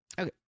Okay